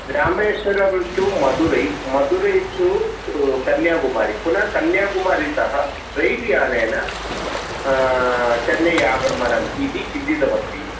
Rameswaram to Madurai Madurai to Kanyakumari पुनः कन्याकुमरीतः रेल्यानेन चन्नै आगमनम् इति चिन्तितमस्ति